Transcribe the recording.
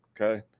Okay